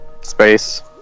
Space